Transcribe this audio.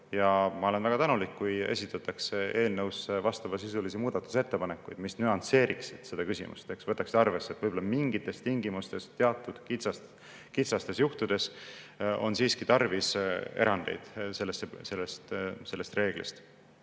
Ma olen väga tänulik, kui esitatakse eelnõu kohta vastavasisulisi muudatusettepanekuid, mis nüansseeriksid seda küsimust, võtaksid arvesse, et võib-olla mingites tingimustes, teatud kitsastel juhtudel on siiski tarvis erandeid sellest reeglist.